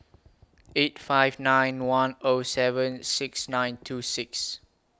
eight five nine one O seven six nine two six